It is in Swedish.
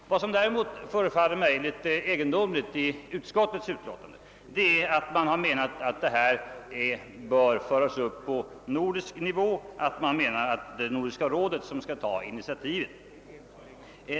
Vad som däremot förefaller mig litet egendomligt i utskottets utlåtande är att man har menat att denna fråga bör föras upp på nordisk nivå, att det är Nordiska rådet som skall ta initiativet.